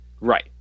Right